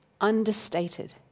Understated